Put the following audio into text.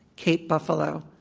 cape buffalo,